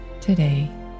today